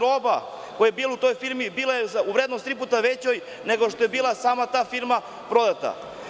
Roba koja je bila u toj firmi bila je u vrednosti tri puta većoj nego za koju je sama firma prodata.